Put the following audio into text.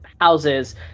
houses